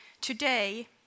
today